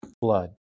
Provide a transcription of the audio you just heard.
blood